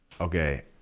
okay